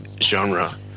genre